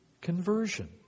conversion